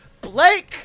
Blake